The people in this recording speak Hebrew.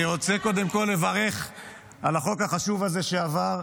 אני רוצה קודם כול לברך על החוק החשוב הזה שעבר.